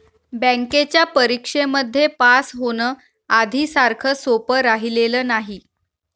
बँकेच्या परीक्षेमध्ये पास होण, आधी सारखं सोपं राहिलेलं नाही